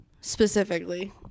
specifically